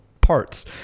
parts